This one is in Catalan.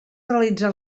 realitzar